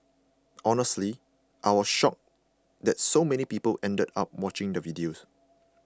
honestly I was shocked that so many people ended up watching the videos